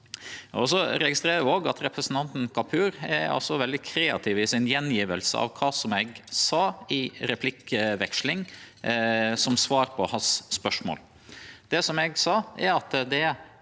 Eg registrerer òg at representanten Kapur er veldig kreativ i attgjevinga si av kva eg sa i replikkvekslinga som svar på spørsmålet